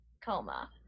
coma